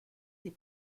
des